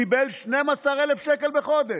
קיבל 12,000 שקל בחודש.